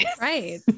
Right